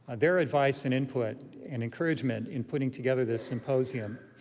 ah their advice and input and encouragement in putting together this symposium,